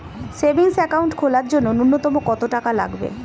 Savings account খোলার জন্য নূন্যতম কত টাকা লাগবে?